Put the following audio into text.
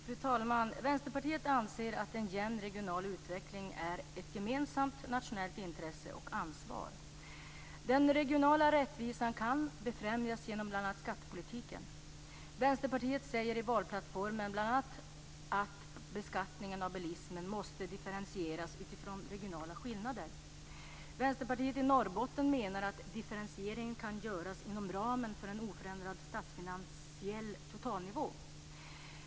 Fru talman! Vänsterpartiet anser att en jämn regional utveckling är ett gemensamt nationellt intresse och ansvar. Den regionala rättvisan kan befrämjas genom bl.a. skattepolitiken. Vänsterpartiet säger i valplattformen bl.a. att beskattningen av bilismen måste differentieras utifrån regionala skillnader. Vänsterpartiet i Norrbotten menar att differentieringen kan göras inom ramen för en oförändrad statsfinansiell totalnivå.